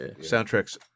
soundtrack's